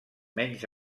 menys